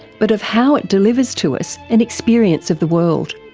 but of how it delivers to us an experience of the world.